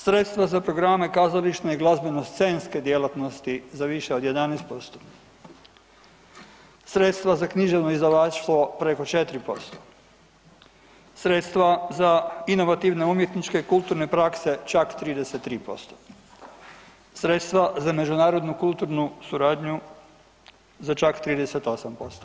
Sredstva za programe, kazališne i glazbeno scenske djelatnosti za više od 11%, sredstva za književno izdavaštvo preko 4%, sredstva za inovativne, umjetničke i kulturne prakse čak 33%, sredstva za međunarodnu kulturnu suradnju za čak 38%